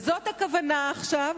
זאת הכוונה עכשיו.